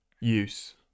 use